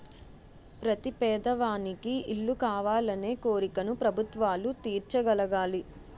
ప్రతి పేదవానికి ఇల్లు కావాలనే కోరికను ప్రభుత్వాలు తీర్చగలగాలి